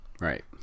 right